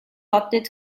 atlet